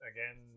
Again